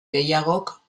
gehiagok